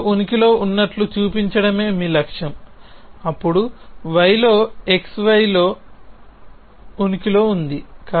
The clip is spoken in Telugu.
x లో ఉనికిలో ఉన్నట్లు చూపించడమే మీ లక్ష్యం అప్పుడు y లో xy లో ఉనికిలో ఉంది